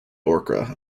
orca